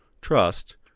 trust